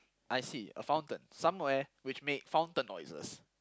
I see a fountain somewhere which make fountain noises